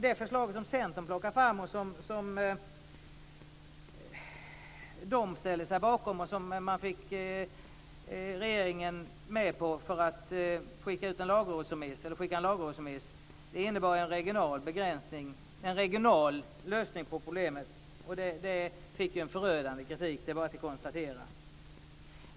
Det förslag som Centern plockade fram och ställde sig bakom och där man fick regeringen med på att skicka ut en lagrådsremiss innebar en regional lösning på problemet. Det fick förödande kritik. Det var bara att konstatera.